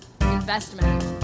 investment